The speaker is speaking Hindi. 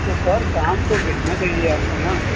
तो सर शाम को बेचना चाहिए आपको ना